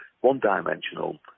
one-dimensional